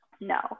No